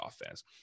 offense